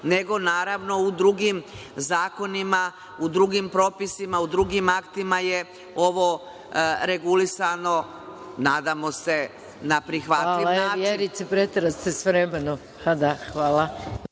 nego naravno u drugim zakonima, u drugim propisima, u drugim aktima je ovo regulisano. Nadamo se na prihvatljiv način … **Maja Gojković** Vjerice, preteraste sa vremenom. Hvala. Na